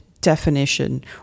definition